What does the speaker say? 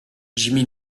jimmy